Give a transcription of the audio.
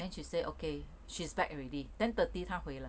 then she say okay she's back already ten thirty 她回了